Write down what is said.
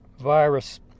virus